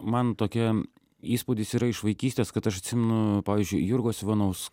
man tokia įspūdis yra iš vaikystės kad aš atsimenu pavyzdžiui jurgos ivanaus